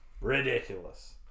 ridiculous